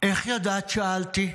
איך ידעת?" שאלתי.